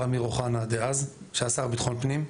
אמיר אוחנה שהיה השר לביטחון פנים דאז.